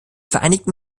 vereinigten